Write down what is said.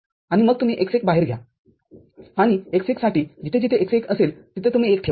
आणि मग तुम्ही x१ बाहेर घ्या आणि x१ साठी जिथे जिथे x१ असेल तेथे तुम्ही १ ठेवा